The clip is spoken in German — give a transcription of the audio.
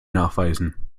nachweisen